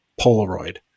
polaroid